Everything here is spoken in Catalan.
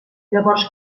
llavors